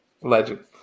Legend